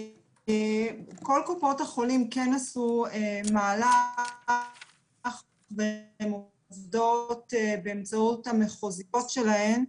כל קופות החולים כן עשו מהלך והן עובדות באמצעות המחוזיות שלהן,